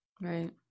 Right